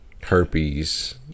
Herpes